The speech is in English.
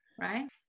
right